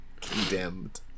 Condemned